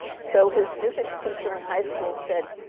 so his physics teacher in high school said,